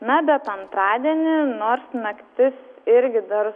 na bet antradienį nors naktis irgi dar